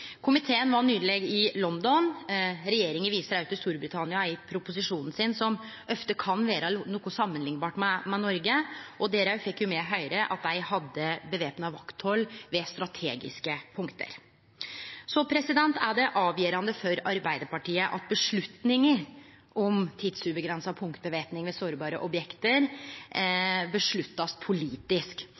Komiteen var nyleg i London. Regjeringa viser også i proposisjonen til Storbritannia, som ofte kan vere nokolunde samanliknbart med Noreg. Der fekk me høyre at dei hadde væpna vakthald ved strategiske punkt. Det er avgjerande for Arbeidarpartiet at avgjerda om tidsuavgrensa punktvæpning ved sårbare objekt blir tatt politisk.